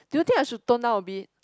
do you think I should tone down a bit